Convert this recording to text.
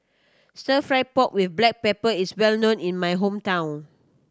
Stir Fried Pork With Black Pepper is well known in my hometown